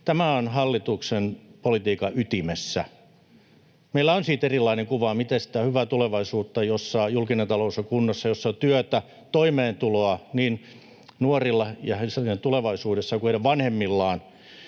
Tämä on hallituksen politiikan ytimessä. Meillä on siitä erilainen kuva, miten tehdään sitä hyvää tulevaisuutta, jossa julkinen talous on kunnossa, jossa on työtä, toimeentuloa niin nuorilla ja heidän tulevaisuudessaan kuin heidän vanhemmillaan,